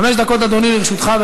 חמש דקות, אדוני, לרשותך.